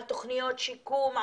על תוכניות שיקום,